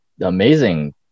amazing